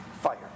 fire